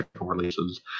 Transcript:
releases